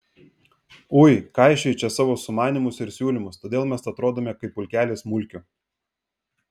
ui kaišioji čia savo sumanymus ir siūlymus todėl mes atrodome kaip pulkelis mulkių